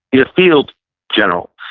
the field general.